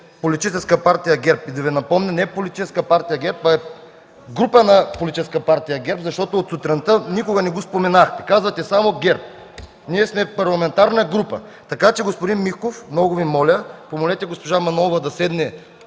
Политическа партия ГЕРБ. Да Ви напомня, не Политическа партия ГЕРБ, а Група на Политическа партия ГЕРБ, защото от сутринта никога не го споменахте, казвате само ГЕРБ. Ние сме парламентарна група. Господин Миков, много Ви моля, помолете госпожа Манолова да седне